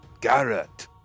Garrett